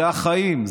אלה החיים.